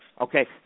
Okay